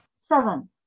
Seven